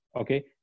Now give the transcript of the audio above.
okay